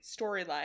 storyline